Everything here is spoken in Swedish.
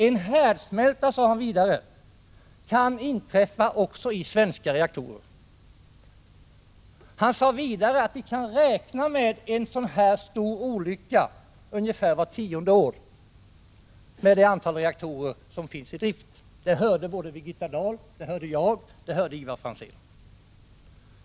En härdsmälta, sade han vidare, kan inträffa också i svenska reaktorer. Han sade också att vi kan räkna med en så här stor olycka ungefär vart tionde år, detta räknat på de antal reaktorer som finns i drift i dag. Detta hörde Birgitta Dahl, Ivar Franzén och jag.